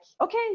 okay